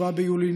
9 ביולי,